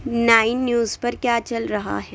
nine News پر کیا چل رہا ہے